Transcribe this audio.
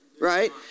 Right